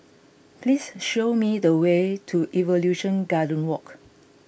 please show me the way to Evolution Garden Walk